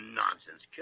nonsense